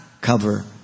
cover